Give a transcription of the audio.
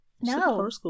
No